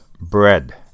bread